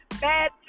bad